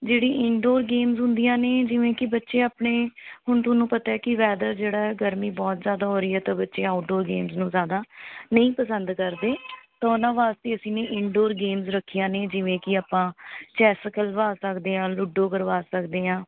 ਜਿਹੜੀ indoor games ਹੁੰਦੀਆਂ ਨੇ ਜਿਵੇਂ ਕਿ ਬੱਚੇ ਆਪਣੇ ਹੁਣ ਤੁਹਾਨੂੰ ਪਤਾ ਕਿ ਵੈਦਰ ਜਿਹੜਾ ਗਰਮੀ ਬਹੁਤ ਜ਼ਿਆਦਾ ਹੋ ਰਹੀ ਹੈ ਤਾਂ ਬੱਚੇ ਆਊਟਡੋਰ ਗੇਮਜ਼ ਨੂੰ ਜ਼ਿਆਦਾ ਨਹੀਂ ਪਸੰਦ ਕਰਦੇ ਤਾਂ ਉਨ੍ਹਾਂ ਵਾਸਤੇ ਅਸੀਂ ਨੇ ਇਨਡੋਰ ਗੇਮਜ਼ ਰੱਖੀਆਂ ਨੇ ਜਿਵੇਂ ਕਿ ਆਪਾਂ ਚੈੱਸ ਖਿਲਵਾ ਸਕਦੇ ਹਾਂ ਲੂਡੋ ਕਰਵਾ ਸਕਦੇ ਹਾਂ